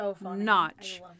notch